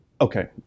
okay